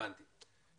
תודה.